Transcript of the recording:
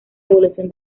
evolución